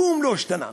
כלום לא השתנה.